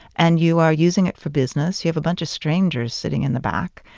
and you are using it for business. you have a bunch of strangers sitting in the back.